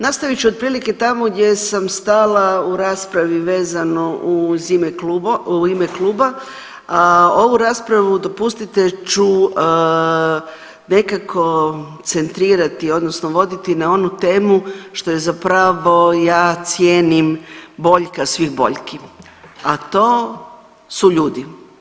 Nastavit ću otprilike tamo gdje sam stala u raspravi vezano uz u ime kluba, a ovu raspravu, dopustite, ću nekako centrirati, odnosno voditi na onu temu što je zapravo ja cijenim boljka svih boljki, a to su ljudi.